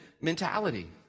mentality